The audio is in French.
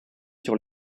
sur